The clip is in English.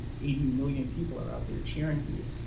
eighty million people are out there cheering for you.